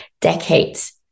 decades